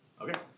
Okay